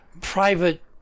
private